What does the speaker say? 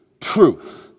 truth